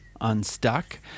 Unstuck